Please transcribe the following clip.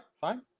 fine